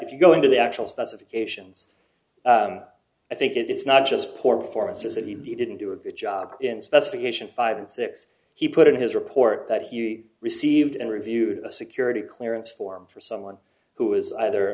if you go into the actual specifications i think it it's not just poor performances that he didn't do a good job in specification five and six he put in his report that he received and reviewed a security clearance form for someone who was either